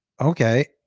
Okay